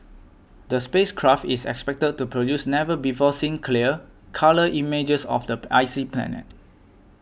the space craft is expected to produce never before seen clear colour images of the icy planet